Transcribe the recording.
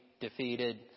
defeated